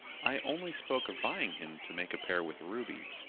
i only spoke of buying him to make a pair with ruby.